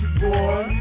boy